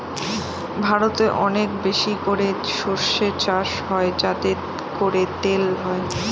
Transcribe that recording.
ভারতে অনেক বেশি করে সর্ষে চাষ হয় যাতে করে তেল হয়